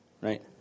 right